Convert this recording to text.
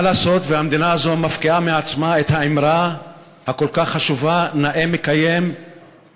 מה לעשות שהמדינה הזו מפקיעה מעצמה את האמרה הכל-כך חשובה "נאה דורש,